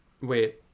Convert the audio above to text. Wait